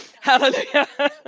Hallelujah